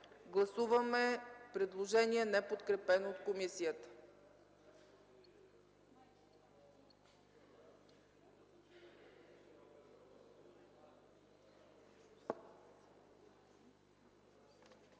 Гласуваме предложение, неподкрепено от комисията. Гласували